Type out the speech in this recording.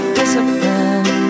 discipline